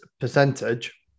percentage